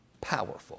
powerful